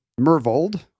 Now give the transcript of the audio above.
Mervold